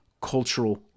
cultural